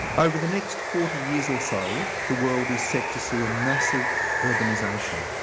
over the next forty years or so the world is set to see a massive urbanisation.